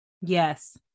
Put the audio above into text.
Yes